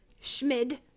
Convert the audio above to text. Schmid